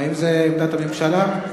האם זו עמדת הממשלה?